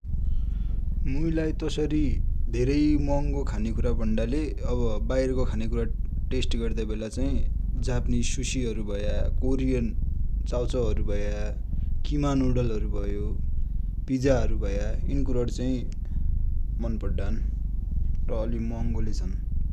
मुइलाइ तसरि धेरै महङगो खाने कुरा भन्दा ले बाहिर को खाने कुरा टेस्ट गर्ने बेला जापनिज सुसि हरु कोरिएन चाउचाउ हरु भया, किमा नुड्ल हरु भया, पिजा हरु भया, यिनि कुरा चाहि मन पड्डान ।